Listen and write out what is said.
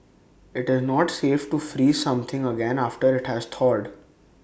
IT is not safe to freeze something again after IT has thawed